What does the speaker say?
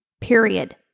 period